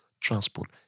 transport